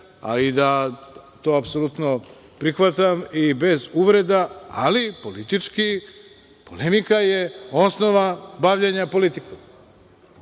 a i da to apsolutno prihvatam i bez uvreda, ali politički, polemika je osnova bavljenja politikom. Shodno